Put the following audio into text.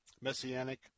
Messianic